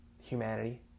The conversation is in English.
Humanity